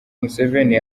museveni